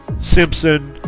simpson